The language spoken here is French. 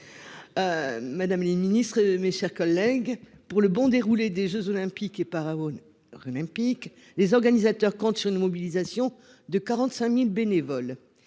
Mesdames les ministres, mes chers collègues pour le bon déroulé des Jeux olympiques et par Aoun rue olympique. Les organisateurs comptent sur une mobilisation de 45.000 bénévoles,